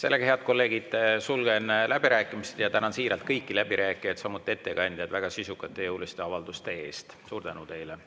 tänu! Head kolleegid, sulgen läbirääkimised. Tänan siiralt kõiki läbirääkijaid, samuti ettekandjat väga sisukate ja jõuliste avalduste eest. Suur tänu teile!